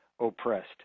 oppressed